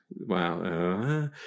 Wow